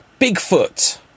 Bigfoot